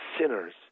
sinners